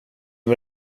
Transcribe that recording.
med